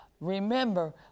remember